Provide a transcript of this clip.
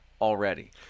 already